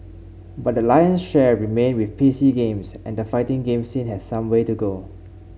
but the lion's share remains with PC Games and the fighting game scene has some way to go